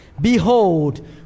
behold